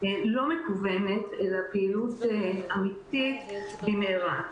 לא מקוונות, אלא פעילות אמיתית במהרה.